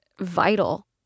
vital